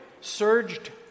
surged